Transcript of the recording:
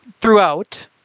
throughout